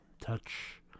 touch